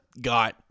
got